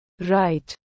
Right